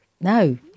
no